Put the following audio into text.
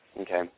okay